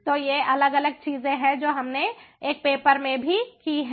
तो ये अलग अलग चीजें हैं जो हमने एक पेपर में की हैं